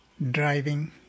driving